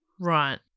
Right